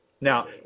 now